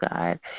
god